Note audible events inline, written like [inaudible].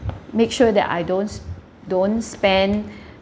make sure that I don't s~ don't spend [breath]